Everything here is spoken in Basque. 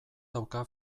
dauka